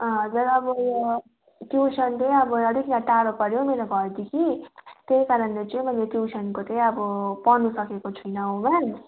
अँ हजुर अब यो ट्युसन चाहिँ अब अलिक टाढो पऱ्यो मेरो घरदेखि त्यही कारणले चाहिँ मैले ट्युसनको चाहिँ अब पढ्नु सकेको छुइनँ हो म्याम